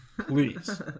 Please